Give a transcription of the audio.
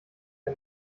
der